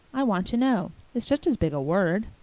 i want to know. it's just as big a word.